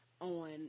on